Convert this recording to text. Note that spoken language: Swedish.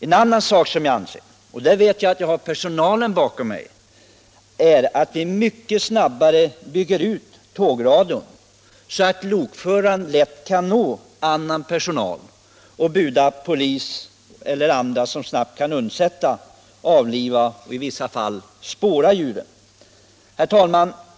En annan åtgärd som jag anser nödvändig — och där vet jag att jag har personalen bakom mig — är att vi mycket snabbare bygger ut tågradion, så att lokföraren lätt kan nå annan personal och buda polis eller andra som snabbt kan undsätta, avliva och i vissa fall spåra djuren.